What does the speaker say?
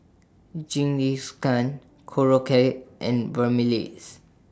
Jingisukan Korokke and